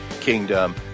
kingdom